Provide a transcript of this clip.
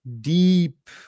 deep